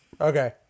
Okay